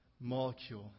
molecule